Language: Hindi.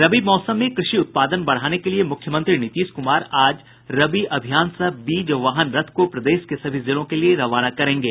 रबी मौसम में कृषि उत्पादन बढ़ाने के लिए मुख्यमंत्री नीतीश कुमार आज रबी अभियान सह बीज वाहन रथ को प्रदेश के सभी जिलों के लिए रवाना करेंगे